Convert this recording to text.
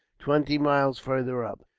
twenty miles farther up.